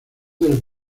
del